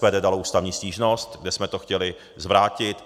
SPD dalo ústavní stížnost, kde jsme to chtěli zvrátit.